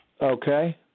Okay